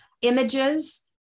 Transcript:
images